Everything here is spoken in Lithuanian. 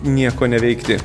nieko neveikti